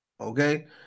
Okay